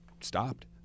stopped